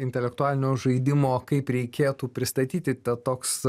intelektualinio žaidimo kaip reikėtų pristatyti tą toks